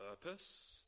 purpose